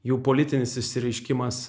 jų politinis išsireiškimas